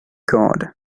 god